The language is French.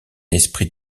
esprit